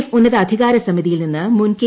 F ഉന്നതാധികാര സമിതിയിൽ നിന്ന് മുൻ കെ